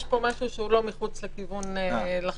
כאן משהו שהוא לא מחוץ לכיוון לחלוטין,